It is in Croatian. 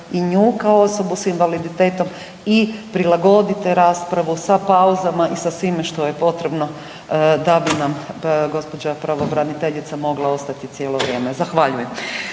i nju kao osobu s invaliditetom i prilagodite raspravu sa pauzama i sa svime što je potrebno da bi nam gospođa pravobraniteljica mogla ostati cijelo vrijeme. Zahvaljujem.